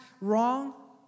wrong